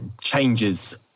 changes